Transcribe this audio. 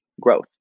growth